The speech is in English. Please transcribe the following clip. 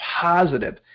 positive